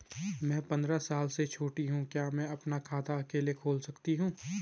मैं पंद्रह साल से छोटी हूँ क्या मैं अपना खाता अकेला खोल सकती हूँ?